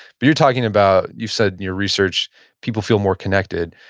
but you're talking about, you said in your research people feel more connected.